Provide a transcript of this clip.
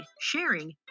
sharing